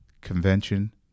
convention